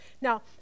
now